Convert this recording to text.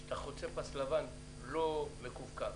כשאתה חוצה פס לבן לא מקווקו,